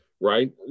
Right